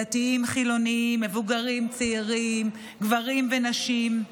דתיים, חילונים, מבוגרים, צעירים, גברים ונשים.